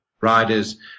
riders